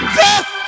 death